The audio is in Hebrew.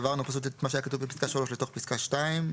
העברנו את מה שהיה כתוב בפסקה (3) לתוך פסקה (2),